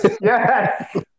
Yes